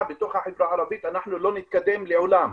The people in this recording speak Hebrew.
בתוך החברה הערבית אנחנו לא נתקדם לעולם,